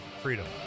Freedom